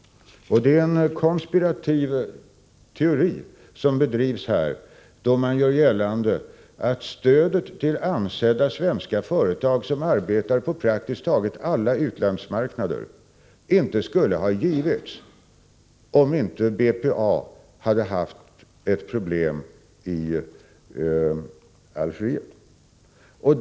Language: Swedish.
Det är en konspirativ teori som drivs här, då det görs gällande att stödet till ansedda svenska företag, som arbetar på praktiskt taget alla utlandsmarknader, inte skulle ha givits om inte BPA hade haft ett problem i Algeriet.